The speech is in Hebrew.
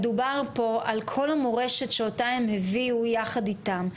מדובר פה על כל המורשת שאותה הם הביאו יחד איתם,